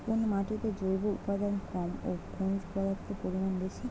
কোন মাটিতে জৈব উপাদান কম ও খনিজ পদার্থের পরিমাণ বেশি?